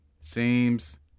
Seems